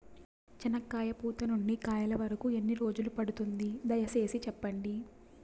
చెనక్కాయ పూత నుండి కాయల వరకు ఎన్ని రోజులు పడుతుంది? దయ సేసి చెప్పండి?